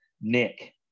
nick